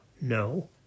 no